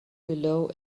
below